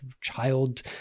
child